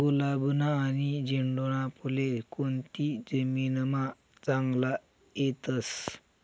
गुलाबना आनी झेंडूना फुले कोनती जमीनमा चांगला येतस?